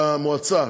המועצה,